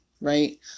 right